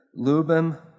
Lubim